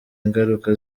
ingaruka